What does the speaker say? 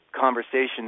conversations